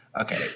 Okay